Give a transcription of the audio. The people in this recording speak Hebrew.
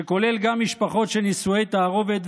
שכולל גם משפחות של נישואי תערובת,